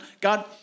God